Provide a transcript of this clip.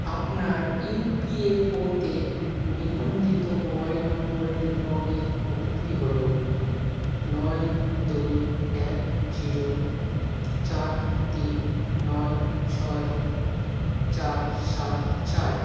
আপনার E P F O তে নিবন্ধিত মোবাইল নম্বরের লগ ইন ওটিপি হলো নয় দুই এক জিরো চার তিন নয় ছয় চার সাত চার